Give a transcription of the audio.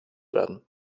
werden